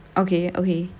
okay okay